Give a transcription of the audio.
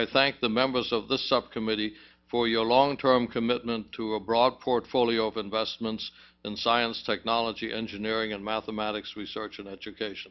i thank the members of the subcommittee for your long term commitment to a broad portfolio of investments in science technology engineering and mathematics we search an education